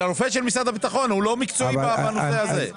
הרופא של משרד הביטחון הוא לא מקצועי בנושא הזה.